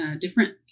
different